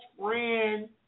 friend